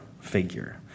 figure